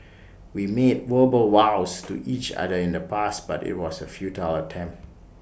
we made verbal vows to each other in the past but IT was A futile attempt